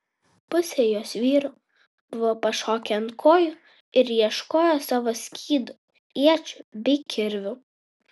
pusė jos vyrų buvo pašokę ant kojų ir ieškojo savo skydų iečių bei kirvių